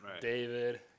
David